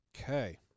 Okay